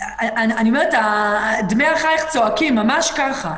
אני אומרת, דמי אחייך צועקים, ממש ככה.